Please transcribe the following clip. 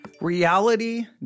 Reality